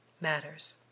matters